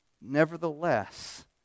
Nevertheless